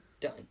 done